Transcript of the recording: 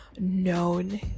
known